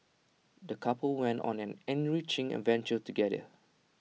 the couple went on an enriching adventure together